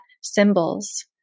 symbols